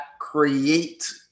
create